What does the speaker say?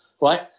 right